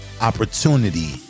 opportunity